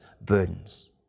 burdens